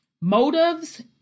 motives